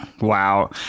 Wow